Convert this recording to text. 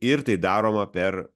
ir tai daroma per